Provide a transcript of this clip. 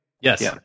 Yes